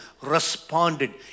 responded